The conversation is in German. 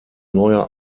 neuer